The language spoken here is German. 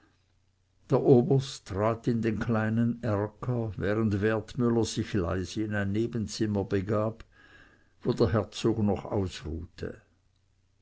der oberst trat in den kleinen erker während wertmüller sich leise in ein nebenzimmer begab wo der herzog noch ausruhte